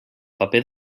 paper